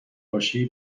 باشی